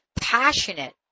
passionate